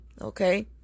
okay